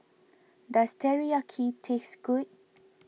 does Teriyaki taste good